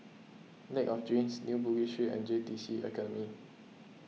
Lake of Dreams New Bugis Street and J T C Academy